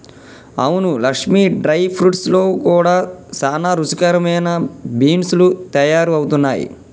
అవును Lakshmi dry fruits లో కూడా సానా రుచికరమైన బీన్స్ లు తయారవుతున్నాయి